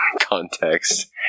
context